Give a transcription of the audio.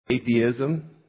atheism